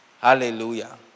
Hallelujah